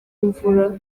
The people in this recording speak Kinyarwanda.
imvura